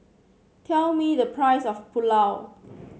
tell me the price of Pulao